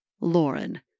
Lauren